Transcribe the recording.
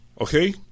Okay